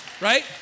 Right